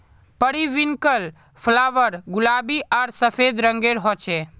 periwinkle flower गुलाबी आर सफ़ेद रंगेर होचे